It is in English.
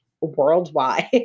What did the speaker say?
worldwide